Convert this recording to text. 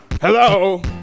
hello